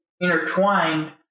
intertwined